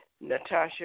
Natasha